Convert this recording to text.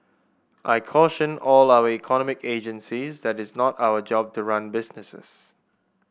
I caution all our economic agencies that is not our job to run businesses